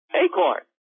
acorn